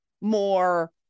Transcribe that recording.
more